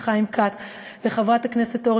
לחבר הכנסת חיים כץ,